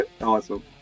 Awesome